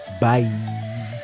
bye